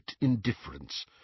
indifference